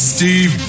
Steve